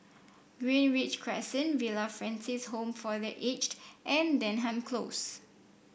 Greenridge Crescent Villa Francis Home for The Aged and Denham Close